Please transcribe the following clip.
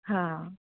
हा